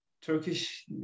Turkish